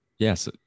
Yes